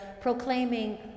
PROCLAIMING